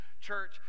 church